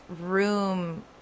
room